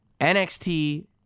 NXT